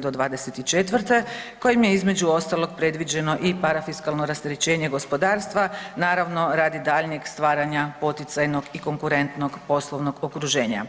do 2024. kojim je između ostalog predviđeno i parafiskalno rasterećenje gospodarstva, naravno radi daljnjeg stvaranja poticajnog i konkurentnog poslovnog okruženja.